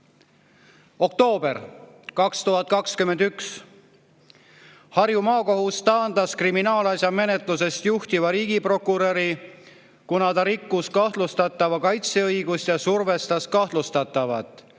Oktoober 2021. Harju Maakohus taandas kriminaalasja menetlust juhtiva riigiprokuröri, kuna ta rikkus kahtlustatava kaitseõigust ja survestas kahtlustatavat,